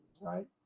right